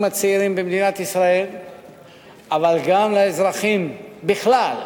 הצעירים במדינת ישראל אבל גם לאזרחים בכלל,